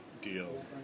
deal